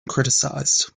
criticized